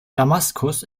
damaskus